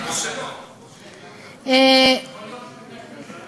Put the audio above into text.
אין בעיה.